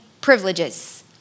privileges